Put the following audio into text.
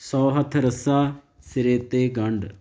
ਸੌ ਹੱਥ ਰੱਸਾ ਸਿਰੇ 'ਤੇ ਗੰਢ